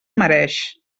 mereix